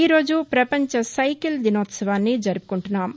ఈరోజు పపంచ సైకిల్ దినోత్సవాన్ని జరుపుకుంటున్నాం